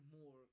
more